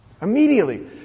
Immediately